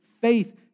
faith